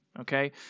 okay